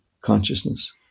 consciousness